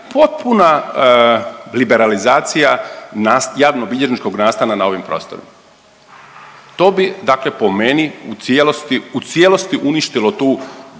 potpun liberalizacija javnobilježničkog nastana na ovim prostorima. To bi dakle po meni u cijelosti, u cijelosti